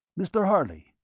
mr. harley,